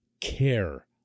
care